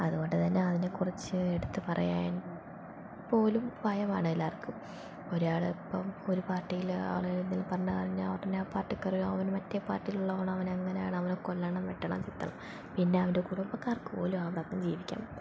അതുകൊണ്ട് തന്നെ അതിനെക്കുറിച്ച് എടുത്ത് പറയാൻ പോലും ഭയമാണ് എല്ലാവർക്കും ഒരാൾ ഇപ്പം ഒരു പാർട്ടിയിൽ ആളുകൾ എന്തേലും പറഞ്ഞ് കഴിഞ്ഞാൽ അവരുടെ പാർട്ടികാർ അവന് മറ്റേ പാർട്ടിലുള്ളവണം അവന് അങ്ങനെയാണ് അവനെ കൊല്ലണം വെട്ടണം ചിത്തണം പിന്നെ അവന്റെ കുടുംബക്കാർക്ക് പോലും ആർക്കും ജീവിക്കാൻ പറ്റില്ല